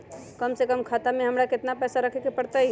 कम से कम खाता में हमरा कितना पैसा रखे के परतई?